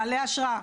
בעלי אשרה.